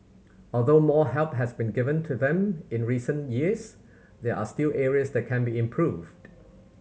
although more help has been given to them in recent years there are still areas that can be improved